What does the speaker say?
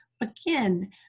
Again